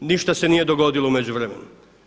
Ništa se nije dogodilo u međuvremenu.